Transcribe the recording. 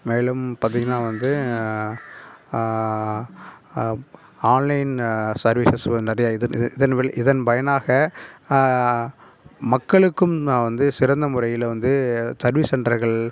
மேலும் பார்த்திங்கனா வந்து ஆன்லைன் சர்வீஸ்ஸஸ் நிறையா இது இது இதன் வழி இதன் பயனாக மக்களுக்கும் நான் வந்து சிறந்த முறையில் வந்து சர்வீஸ் சென்டர்கள்